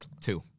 Two